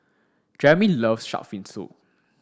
Jeremey loves shark's fin soup